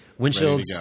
windshields